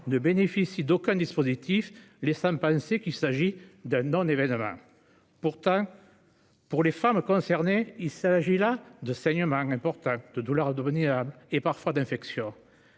ne bénéficient d'aucun dispositif, ce qui laisse penser qu'il s'agit d'un non-événement. Pourtant, les femmes concernées souffrent de saignements importants, de douleurs abdominales et parfois d'infections.